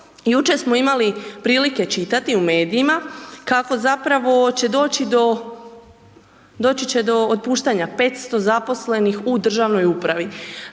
jučer smo imali prilike čitati u medijima kako zapravo će doći do, doći će do otpuštanja 500 zaposlenih u državnoj upravi.